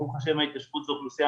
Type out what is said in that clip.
ברוך ה' ההתיישבות זה מקום עם אוכלוסייה